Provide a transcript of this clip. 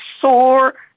sore